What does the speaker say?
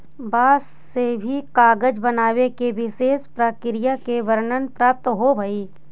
बाँस से भी कागज बनावे के विशेष प्रक्रिया के वर्णन प्राप्त होवऽ हई